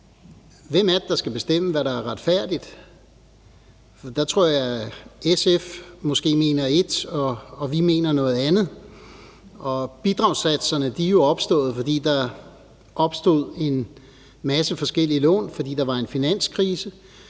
Hvem er det, der skal bestemme, hvad der er retfærdigt? For der tror jeg, at SF måske mener et, og vi mener noget andet. Bidragssatserne er jo opstået, fordi der opstod en masse forskellige lån, fordi der var en finanskrise,